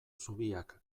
zubiak